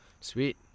Sweet